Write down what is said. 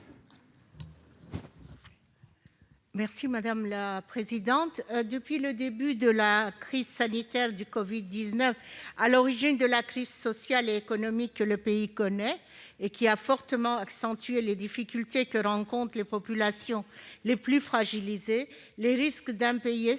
l'amendement n° 18. Depuis le début de la crise sanitaire du covid-19, à l'origine de la crise sociale et économique que le pays connaît actuellement, crise qui a fortement accentué les difficultés que rencontrent les populations les plus fragilisées, les risques d'impayés se